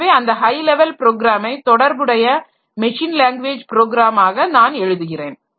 எனவே அந்த high level ப்ரோக்ராமை தொடர்புடைய மெஷின் லாங்குவேஜ் ப்ரோக்ராமாக நான் எழுதுகிறேன்